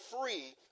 free